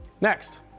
next